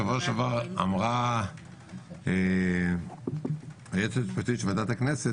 בשבוע שעבר אמרה היועצת המשפטית של ועדת הכנסת